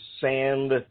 sand